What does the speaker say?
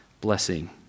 blessing